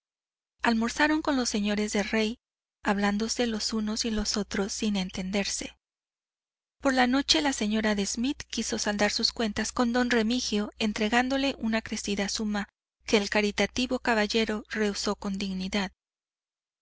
almorzaron con los señores de rey hablándose los unos y los otros sin entenderse por la noche la señora de smith quiso saldar sus cuentas con don remigio entregándole una crecida suma que el caritativo caballero rehusó con dignidad